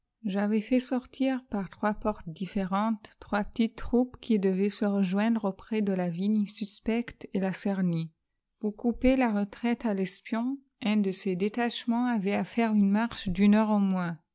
j'avais fait sortir par trois portes différentes trois petites troupes qui devaient se rejoindre auprès de la vigne suspecte et la cerner pour couper la retraite à fespion un de ces détachements avait à faire une marche d'une heure au moms